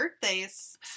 birthdays